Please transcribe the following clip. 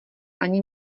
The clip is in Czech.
ani